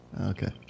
Okay